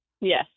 Yes